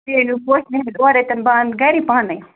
تُہۍ أنۍوٕ پوشہِ نِۂلۍ اورَے کِنہٕ بہٕ اَنہٕ گَرِ پانَے